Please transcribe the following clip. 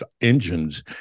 engines